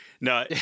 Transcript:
No